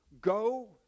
go